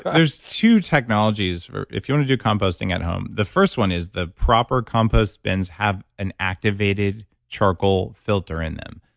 there's two technologies if you want to do composting at home. the first one is the proper compost bins have an activated charcoal filter in them.